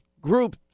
group